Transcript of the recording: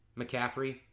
McCaffrey